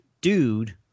dude